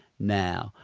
now,